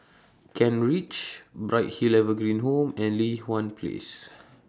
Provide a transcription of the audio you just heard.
Kent Ridge Bright Hill Evergreen Home and Li Hwan Place